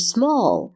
Small